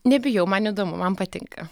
nebijau man įdomu man patinka